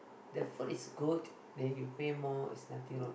the food is good then you pay more it's nothing wrong